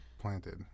planted